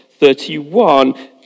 31